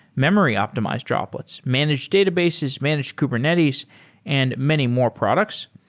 memory optimized droplets, managed databases, managed kubernetes and many more products.